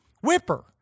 whipper